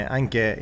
anche